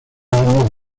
años